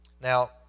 Now